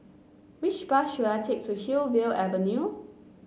which bus should I take to Hillview Avenue